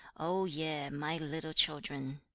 o ye, my little children